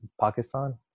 Pakistan